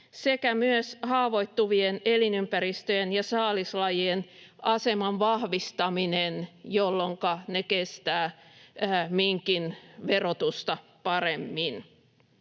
sekä myös haavoittuvien elinympäristöjen ja saalislajien aseman vahvistaminen, jolloinka ne kestävät minkin verotusta paremmin.